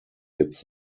its